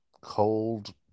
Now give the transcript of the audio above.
cold